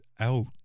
out